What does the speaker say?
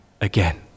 again